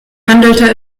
handelte